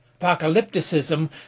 Apocalypticism